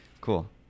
Cool